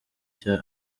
cya